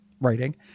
writing